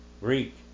Greek